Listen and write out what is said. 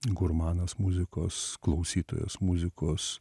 gurmanas muzikos klausytojas muzikos